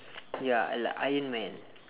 ya I like iron man